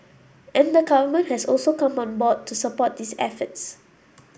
and the government has also come on board to support these efforts